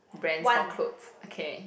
brands for clothes okay